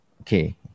okay